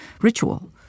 ritual